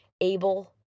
able